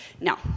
No